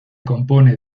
compone